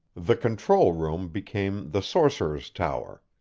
the control room became the sorcerer's tower,